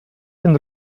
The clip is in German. den